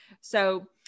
So-